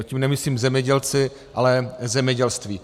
Tím nemyslím zemědělce, ale zemědělství.